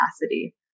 capacity